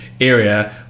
area